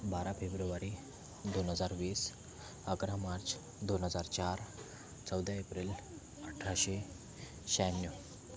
बारा फेब्रुवारी दोन हजार वीस अकरा मार्च दोन हजार चार चौदा एप्रिल अठराशे शहाण्णव